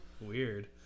Weird